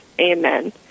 Amen